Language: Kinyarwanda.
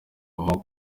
ava